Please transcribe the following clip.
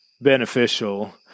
beneficial